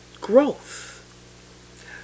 growth